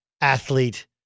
athlete